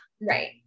Right